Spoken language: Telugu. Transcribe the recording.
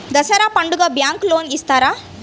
దసరా పండుగ బ్యాంకు లోన్ ఇస్తారా?